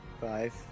Five